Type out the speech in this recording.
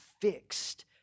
fixed